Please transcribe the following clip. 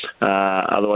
otherwise